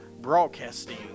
Broadcasting